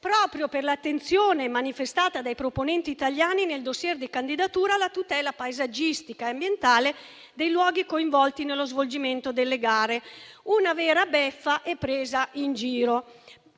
proprio per l'attenzione manifestata dai proponenti italiani nel *dossier* di candidatura alla tutela paesaggistica e ambientale dei luoghi coinvolti nello svolgimento delle gare: una vera beffa e anche una presa in giro,